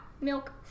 Milk